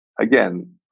Again